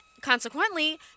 consequently